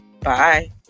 Bye